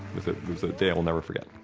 it was a day i will never forget.